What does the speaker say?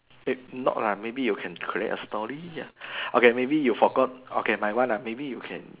may~ not lah maybe you can create a story ya okay maybe you forgot okay my one ah maybe you can